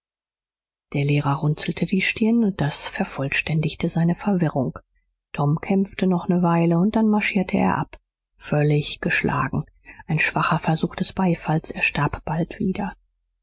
der lehrer runzelte die stirn und das vervollständigte seine verwirrung tom kämpfte noch ne weile und dann marschierte er ab völlig geschlagen ein schwacher versuch des beifalls erstarb bald wieder